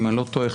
אם אני לא טועה,